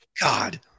God